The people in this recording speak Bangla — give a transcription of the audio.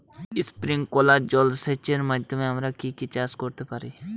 স্প্রিংকলার জলসেচের মাধ্যমে আমরা কি কি চাষ করতে পারি?